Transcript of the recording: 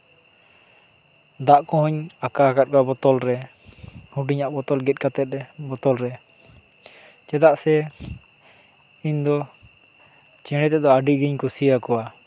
ᱫᱟᱜ ᱠᱚᱦᱚᱧ ᱟᱠᱟ ᱟᱠᱟᱫ ᱠᱚᱣᱟ ᱵᱚᱛᱚᱞ ᱨᱮ ᱦᱩᱰᱤᱧᱟᱹᱜ ᱵᱚᱛᱚᱞ ᱜᱮᱫ ᱠᱟᱛᱮᱫ ᱵᱚᱛᱚᱞ ᱨᱮ ᱪᱮᱫᱟᱜ ᱥᱮ ᱤᱧ ᱫᱚ ᱪᱮᱬᱮ ᱛᱮᱫᱚ ᱟᱹᱰᱤᱜᱤᱧ ᱠᱩᱥᱤᱭᱟᱠᱚᱣᱟ